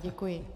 Děkuji.